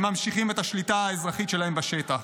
הם ממשיכים את השליטה האזרחית שלהם בשטח.